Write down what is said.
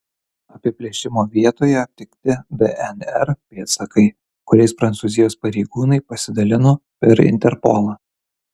apiplėšimo vietoje aptikti dnr pėdsakai kuriais prancūzijos pareigūnai pasidalino per interpolą